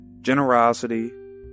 Generosity